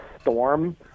storm